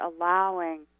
allowing